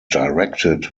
directed